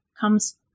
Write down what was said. comes